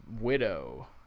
widow